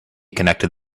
connected